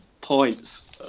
points